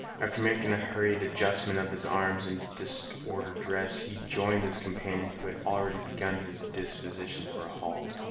after making a hurried adjustment of his arms and disordered dress, he joined his companion, who had already begun his disposition for a halt.